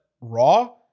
Raw